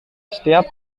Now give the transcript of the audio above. setiap